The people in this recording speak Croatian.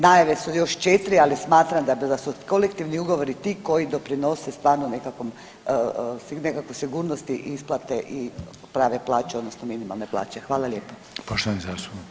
Najave su još četiri, ali smatram da su kolektivni ugovori ti koji doprinose stvarno nekakvoj sigurnosti isplate prave plaće, odnosno minimalne plaće.